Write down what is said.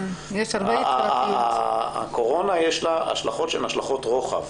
לקורונה יש השלכות רוחב.